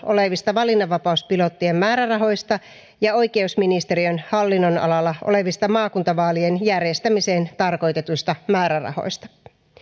olevista valinnanvapauspilottien määrärahoista ja oikeusministeriön hallinnonalalla olevista maakuntavaalien järjestämiseen tarkoitetuista määrärahoista